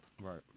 Right